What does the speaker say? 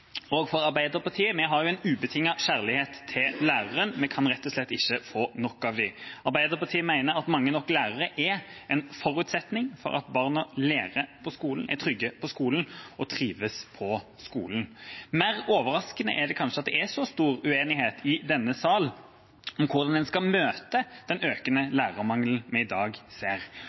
mange nok lærere er en forutsetning for at barna lærer på skolen, er trygge på skolen og trives på skolen. Mer overraskende er det kanskje at det er så stor uenighet i denne sal om hvordan en skal møte den økende lærermangelen vi i dag ser.